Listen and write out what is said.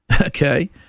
okay